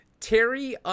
Terry